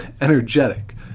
energetic